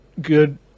good